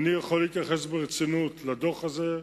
איני יכול להתייחס ברצינות לדוח הזה,